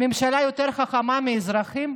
הממשלה יותר חכמה מהאזרחים?